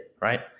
right